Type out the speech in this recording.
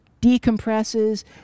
decompresses